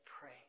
pray